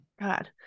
God